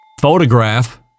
photograph